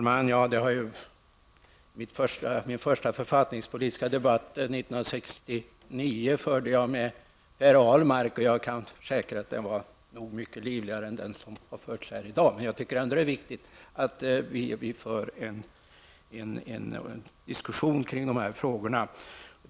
Herr talman! Min första författningspolitiska debatt 1969 förde jag med Per Ahlmark, och jag kan försäkra att den var mycket livligare än den debatt vi för i dag. Men jag tycker ändå att det är viktigt att vi har en diskussion kring dessa frågor.